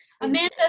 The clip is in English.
amanda